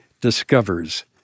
discovers—